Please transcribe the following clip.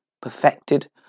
perfected